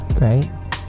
right